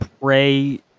pray